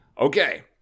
Okay